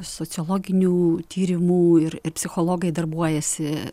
sociologinių tyrimų ir ir psichologai darbuojasi